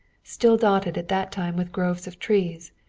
still dotted at that time with groves of trees,